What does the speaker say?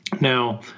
Now